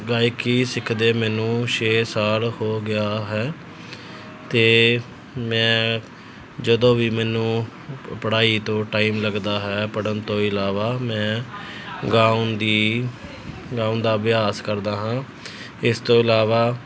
ਗਾਇਕੀ ਸਿੱਖਦੇ ਮੈਨੂੰ ਛੇ ਸਾਲ ਹੋ ਗਿਆ ਹੈ ਅਤੇ ਮੈਂ ਜਦੋਂ ਵੀ ਮੈਨੂੰ ਪੜ੍ਹਾਈ ਤੋਂ ਟਾਈਮ ਲੱਗਦਾ ਹੈ ਪੜ੍ਹਨ ਤੋਂ ਇਲਾਵਾ ਮੈਂ ਗਾਉਣ ਦੀ ਗਾਉਣ ਦਾ ਅਭਿਆਸ ਕਰਦਾ ਹਾਂ ਇਸ ਤੋਂ ਇਲਾਵਾ